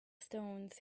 stones